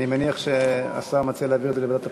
אני מניח שהשר מציע להעביר את זה לוועדת הפנים,